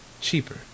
cheaper